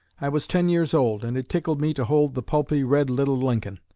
i was ten years old, and it tickled me to hold the pulpy, red little lincoln.